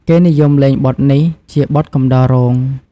គេនិយមលេងបទនេះ ជាបទកំដររោង។